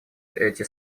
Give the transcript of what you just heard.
эти